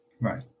Right